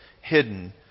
hidden